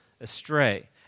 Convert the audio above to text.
astray